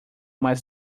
mais